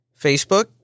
Facebook